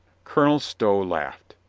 colonel stow laughed.